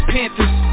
Panthers